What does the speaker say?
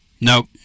Nope